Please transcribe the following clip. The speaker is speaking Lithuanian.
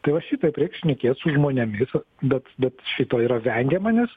tai va šitaip šnekėti su žmonėmis bet bet šito yra vengiama nes